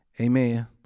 Amen